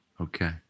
Okay